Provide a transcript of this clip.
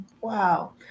wow